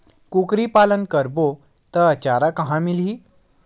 कुकरी पालन करबो त चारा कहां मिलही?